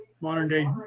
modern-day